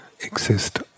exist